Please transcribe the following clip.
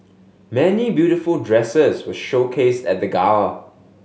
many beautiful dresses were showcased at the gala